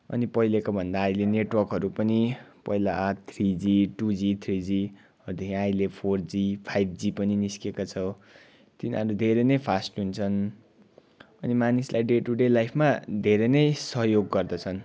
अनि पहिलेकोभन्दा अहिले नेटवर्कहरू पनि पहिला three G two G three G हुन्थ्यो अहिले फोर जी फाइभ जी पनि निस्केको छ तिनीहरूरू धेरै नै फास्ट हुन्छन् अनि मानिसलाई डे टू डे लाइफमा धेरै नै सहयोग गर्दछन्